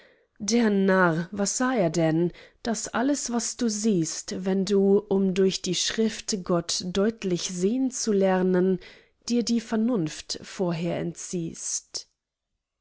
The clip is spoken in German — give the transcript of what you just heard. der narr was sah er denn das alles was du siehst wenn du um durch die schrift gott deutlich sehn zu lernen dir die vernunft vorher entziehst